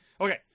Okay